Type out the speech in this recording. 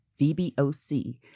VBOC